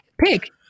pick